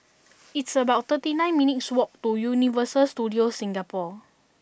it's about thirty nine minutes' walk to Universal Studios Singapore